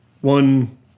One